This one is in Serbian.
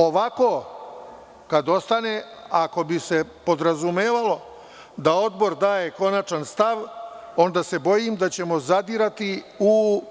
Ovako kad ostane, ako bi se podrazumevalo da Odbor daje konačan stav, onda se bojim da ćemo zadirati u